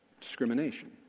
discrimination